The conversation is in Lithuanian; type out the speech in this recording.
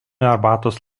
arbatos